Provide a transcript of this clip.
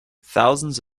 thousands